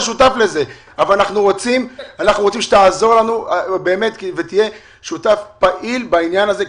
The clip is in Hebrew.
שותף לזה אבל אנחנו רוציםן שתעזור לנו ותהיה שותף פעיל בעניין הזה.